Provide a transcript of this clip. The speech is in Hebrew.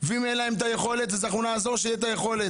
ואם אין להם את היכולת אז אנחנו נעזור שתהיה את היכולת.